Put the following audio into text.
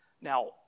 Now